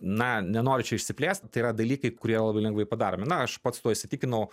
na nenoriu čia išsiplėst tai yra dalykai kurie labai lengvai padaromi na aš pats tuo įsitikinau